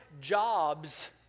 jobs